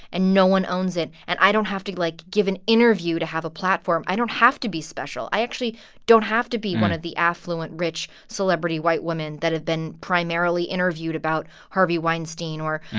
and no one owns it and i don't have to, like, give an interview to have a platform. i don't have to be special. i actually don't have to be one of the affluent, rich, celebrity, white women that have been primarily interviewed about harvey weinstein or,